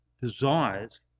desires